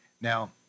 Now